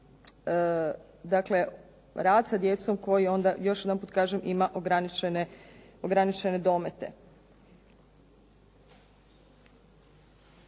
na rad sa djecom, koji onda još jedanput kažem ima ograničene domete.